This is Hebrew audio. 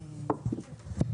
בוקר טוב,